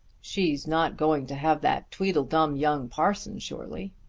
she's not going to have that tweedledum young parson, surely?